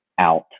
out